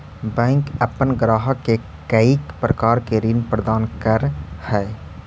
bank अपन ग्राहक के कईक प्रकार के ऋण प्रदान करऽ हइ